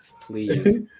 Please